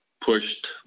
pushed